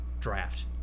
draft